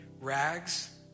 rags